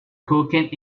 cooking